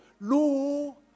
no